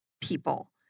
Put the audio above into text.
people